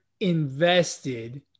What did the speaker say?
invested